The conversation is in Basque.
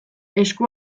esku